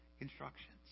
instructions